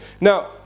Now